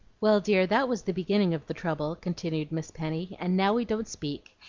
well, dear, that was the beginning of the trouble, continued miss penny and now we don't speak,